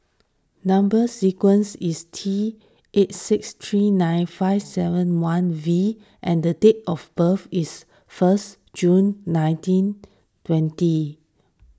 Number Sequence is T eight six three nine five seven one V and the date of birth is first June nineteen twenty